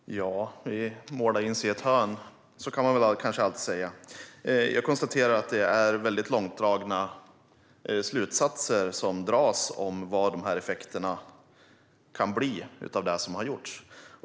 Fru talman! Måla in sig i ett hörn - så kan man väl alltid säga. Jag konstaterar att det dras långtgående slutsatser om effekterna av det som har gjorts.